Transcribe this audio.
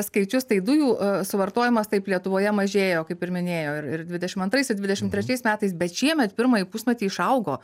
skaičius tai dujų a suvartojimas taip lietuvoje mažėjo kaip ir minėjo ir dvidešim antraisiais ir dvidešim trečiais metais bet šiemet pirmąjį pusmetį išaugo